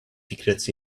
secrets